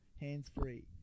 hands-free